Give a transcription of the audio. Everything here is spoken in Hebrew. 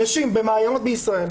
נשים במעיינות בישראל.